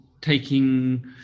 taking